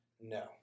no